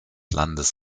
landes